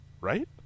right